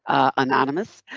anonymous.